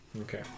Okay